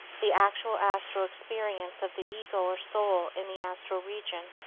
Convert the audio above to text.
the actual astral experience of the ego or soul in the astral region.